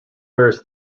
wears